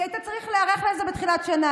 כי היית צריך להיערך לזה בתחילת השנה.